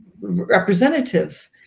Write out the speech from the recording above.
representatives